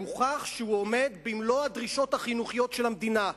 הוכח שהוא עומד במלוא הדרישות החינוכיות של המדינה,